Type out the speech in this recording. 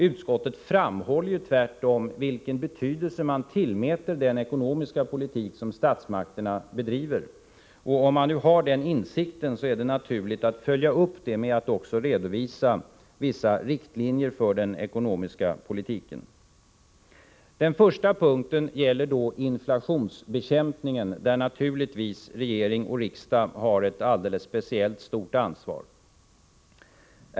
Utskottet framhåller ju tvärtom vilken betydelse man tillmäter den ekonomiska politik som statsmakterna bedriver. Om man nu har den insikten, är det naturligt att följa upp det med att också redovisa vissa riktlinjer för den ekonomiska politiken. Den första punkten gäller då inflationsbekämpningen, där naturligtvis regering och riksdag har ett alldeles speciellt stort ansvar.